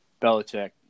Belichick